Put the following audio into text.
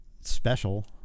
special